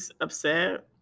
upset